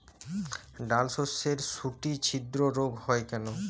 ডালশস্যর শুটি ছিদ্র রোগ হয় কেন?